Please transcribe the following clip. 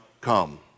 come